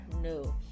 No